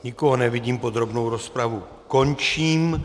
Nikoho nevidím, podrobnou rozpravu končím.